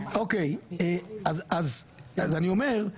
אוקי אז אני אומר,